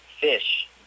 fish